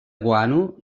guano